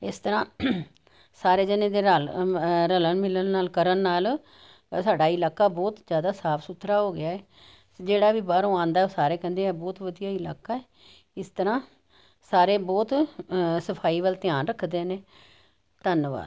ਇਸ ਤਰ੍ਹਾਂ ਸਾਰੇ ਜਣੇ ਦੇ ਰਲ਼ ਰਲਣ ਮਿਲਣ ਨਾਲ਼ ਕਰਨ ਨਾਲ਼ ਸਾਡਾ ਇਲਾਕਾ ਬਹੁਤ ਜ਼ਿਆਦਾ ਸਾਫ਼ ਸੁਥਰਾ ਹੋ ਗਿਆ ਹੈ ਜਿਹੜਾ ਵੀ ਬਾਹਰੋਂ ਆਉਂਦਾ ਹੈ ਉਹ ਸਾਰੇ ਕਹਿੰਦੇ ਹੈ ਇਹ ਬਹੁਤ ਵਧੀਆ ਇਲਾਕਾ ਹੈ ਇਸ ਤਰ੍ਹਾਂ ਸਾਰੇ ਬਹੁਤ ਸਫ਼ਾਈ ਵੱਲ ਧਿਆਨ ਰੱਖਦੇ ਨੇ ਧੰਨਵਾਦ